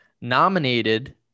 nominated